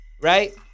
Right